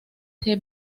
the